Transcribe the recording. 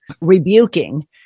rebuking